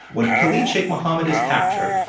when khalid sheikh mohammed is captured,